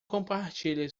compartilhe